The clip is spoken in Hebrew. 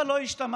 אבל לא השתמשתם